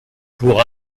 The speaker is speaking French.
pour